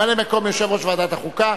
לממלא-מקום יושב-ראש ועדת החוקה.